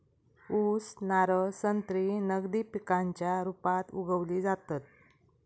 ऊस, नारळ, संत्री नगदी पिकांच्या रुपात उगवली जातत